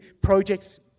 projects